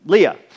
Leah